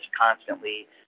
constantly